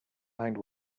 mind